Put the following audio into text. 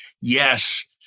yes